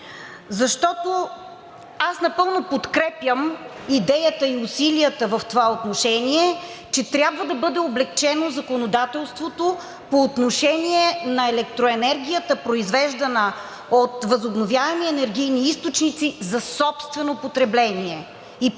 мрежа. Напълно подкрепям идеята и усилията в това отношение, че трябва да бъде облекчено законодателството по отношение на електроенергията, произвеждана от възобновяеми енергийни източници за собствено потребление. Пак повтарям